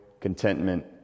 contentment